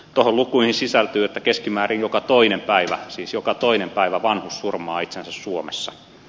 taulu kuin sisältyy keskimäärin joka toinen päivä siis joka toinen päivä vanhus surmaa itsensä suomessa